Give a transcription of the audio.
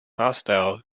hostile